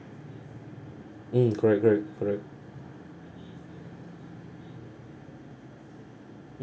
mm correct correct correct